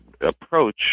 approach